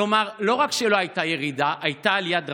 כלומר לא רק שלא הייתה ירידה, הייתה עלייה דרמטית.